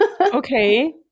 Okay